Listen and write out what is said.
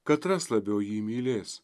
katras labiau jį mylės